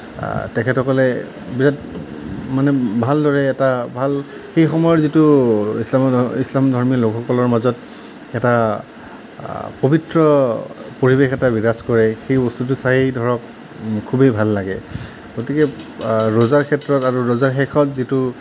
তেখেতসকলে বিৰাট মানে ভালদৰে এটা ভাল সেই সময়ৰ যিটো ইছলামধ ইছলামধৰ্মী লোকসকলৰ মাজত এটা পবিত্ৰ পৰিৱেশ এটা বিৰাজ কৰে সেই বস্তুটো চাই ধৰক খুবেই ভাল লাগে গতিকে ৰোজাৰ ক্ষেত্ৰত আৰু ৰোজাৰ শেষত যিটো